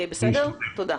תודה.